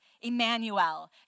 Emmanuel